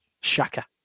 Shaka